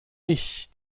ich